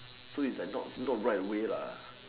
so is like not bright way